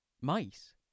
Mice